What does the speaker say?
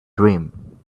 dream